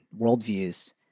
worldviews